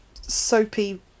soapy